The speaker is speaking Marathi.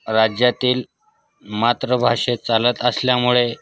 राज्या तील मातृभाषेत चालत असल्यामुळे